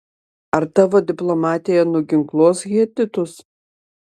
ar tavo diplomatija nuginkluos hetitus